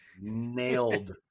nailed